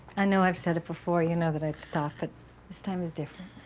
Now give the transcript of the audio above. i know i've said it before, you know, that i'd stop, but this time is different.